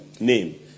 name